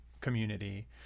community